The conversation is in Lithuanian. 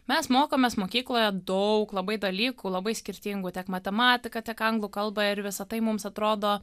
mes mokomės mokykloje daug labai dalykų labai skirtingų tiek matematiką tiek anglų kalbą ir visa tai mums atrodo